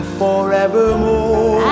forevermore